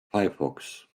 firefox